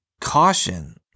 caution